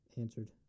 answered